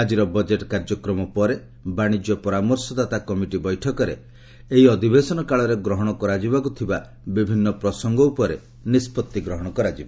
ଆଜିର ବଜେଟ୍ କାର୍ଯ୍ୟକ୍ରମ ପରେ ବାଶିଜ୍ୟ ପରାମର୍ଶଦାତା କମିଟି ବୈଠକରେ ଏହି ଅଧିବେଶନକାଳରେ ଗ୍ରହଣ କରାଯିବାକୃ ଥିବା ବିଭିନ୍ନ ପ୍ରସଙ୍ଗ ଉପରେ ନିଷ୍ପଭି ଗ୍ରହଣ କରାଯିବ